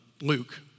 Luke